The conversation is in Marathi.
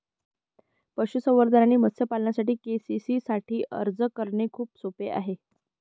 पशुसंवर्धन आणि मत्स्य पालनासाठी के.सी.सी साठी अर्ज करणे खूप सोपे आहे